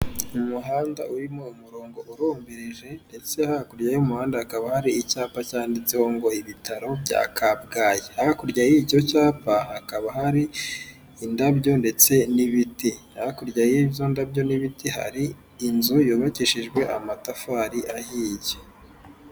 Mu muhanda urimo umurongo urombereje ndetse hakurya y'umuhanda hakaba hari icyapa cyanditseho ngo ibitaro bya kabgayi, hakurya y'icyo cyapa hakaba hari indabyo ndetse n'ibiti, hakurya y'izo ndabyo n'ibiti hari inzu yubakishijwe amatafari ahiye.